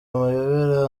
amayobera